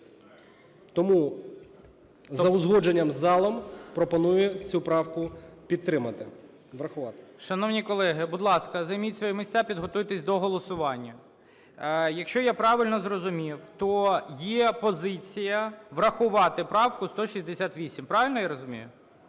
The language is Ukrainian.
Тому за узгодженням із залом пропоную цю правку підтримати, врахувати. ГОЛОВУЮЧИЙ. Шановні колеги, будь ласка, займіть свої місця, підготуйтесь до голосування. Якщо я правильно зрозумів, то є позиція врахувати правку 168. Правильно я розумію?